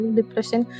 depression